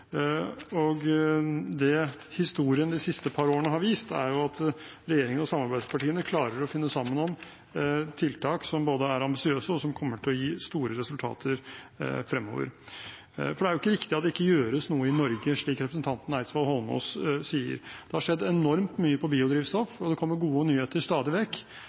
Og det historien de siste par årene har vist, er at regjeringen og samarbeidspartiene klarer å finne sammen om tiltak som er ambisiøse, og som kommer til å gi store resultater fremover. Det er jo ikke riktig at det ikke gjøres noe i Norge, slik representanten Eidsvoll Holmås sier. Det har skjedd enormt mye på biodrivstoff, og det kommer gode nyheter stadig vekk